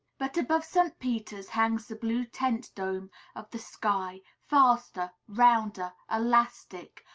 but above st. peter's hangs the blue tent-dome of the sky, vaster, rounder, elastic,